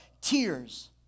Tears